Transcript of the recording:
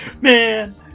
Man